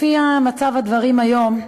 לפי מצב הדברים היום,